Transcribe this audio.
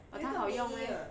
but 它好用 meh